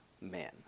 men